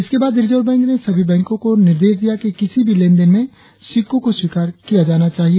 इसके बाद reserve bank ने सभी बैंको को निर्देश दिया कि किसी भी लेन देन में सिक्कों को स्वीकार किया जाना चाहिए